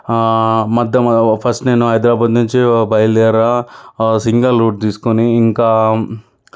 మధ్య ఫస్ట్ నేను హైదరాబాదు నుంచి బయలుదేరాను సింగల్ రూటు తీసుకొని ఇంకా